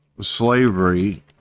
slavery